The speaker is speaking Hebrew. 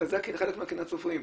זה חלק מקנאת הסופרים.